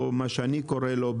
או איך שאני קורא לו,